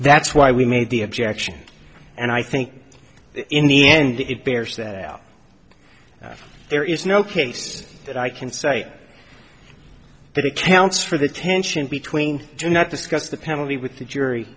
that's why we made the objection and i think in the end it bears that out that there is no case that i can cite that accounts for the tension between do not discuss the penalty with the jury